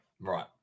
right